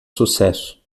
sucesso